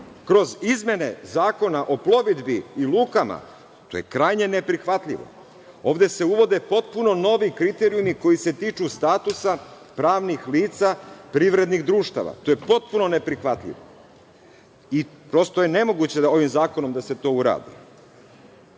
kroz izmene Zakona o plovidbi i lukama, to je krajnje neprihvatljivo. Ovde se uvode potpuno novi kriterijumi koji se tiču statusa pravnih lica privrednih društava, to je potpuno neprihvatljivo i prosto je nemoguće ovim zakonom da se to